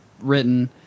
written